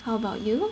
how about you